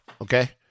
okay